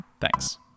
Thanks